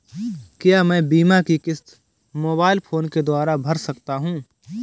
क्या मैं बीमा की किश्त मोबाइल फोन के द्वारा भर सकता हूं?